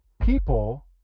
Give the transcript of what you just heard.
people